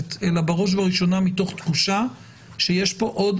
הכנסת אלא בראש ובראשונה מתוך תחושה שיש כאן עוד